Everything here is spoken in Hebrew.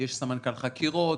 יש סמנכ"ל חקירות,